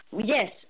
Yes